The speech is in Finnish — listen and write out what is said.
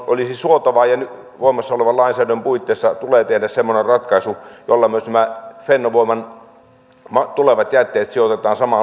olisi suotavaa tehdä ja voimassa olevan lainsäädännön puitteissa tulee tehdä semmoinen ratkaisu jolla myös nämä fennovoiman tulevat jätteet sijoitetaan samaan luolastoon